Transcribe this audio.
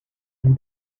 and